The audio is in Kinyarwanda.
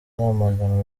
baramagana